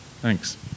Thanks